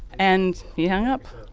and he hung up